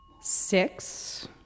Six